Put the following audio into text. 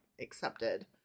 accepted